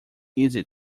easy